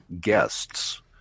guests